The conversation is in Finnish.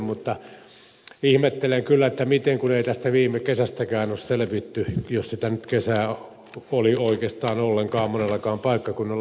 mutta ihmettelen kyllä miten kun ei viime kesästäkään ole selvitty jos sitä kesää nyt oli oikeastaan ollenkaan monellakaan paikkakunnalla